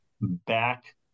back